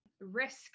risk